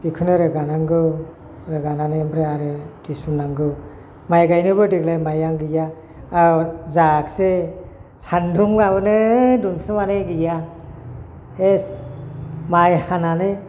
बेखौनो रोगानांगौ रोगानानै ओमफ्राय आरो दिसुनांगौ माइ गायनोबो देग्लाय माइयानो गैया जायाखिसै सान्दुंआवनो माने गैया सेस माइ हानानै